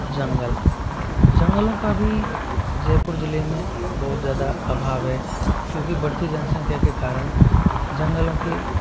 जंगल जंगलों का भी जयपुर ज़िले में बहुत ज़्यादा अभाव है क्योंकि बढ़ती जनसंख्या के कारण जंगलों की